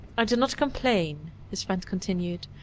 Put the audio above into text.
i do not complain, his friend continued,